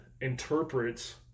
interprets